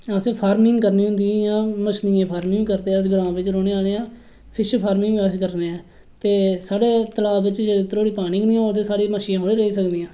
असें फार्मिंग करनी होऐ जियां मच्छलियें दी फार्मिंग करनी होऐ ग्रां बिच रोंहने आहले हां फिछ फारमिंग अस करने आं ते साढ़े तला च जिन्ने धोड़ी पानी गै नेई होग ते साढियां मच्छिया थोह्ड़िया रेही सकदियां